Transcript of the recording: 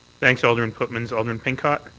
thanks alderman pootmans, alderman pincott.